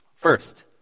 First